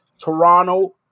Toronto